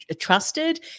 trusted